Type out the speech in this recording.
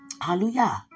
Hallelujah